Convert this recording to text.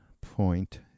point